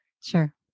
Sure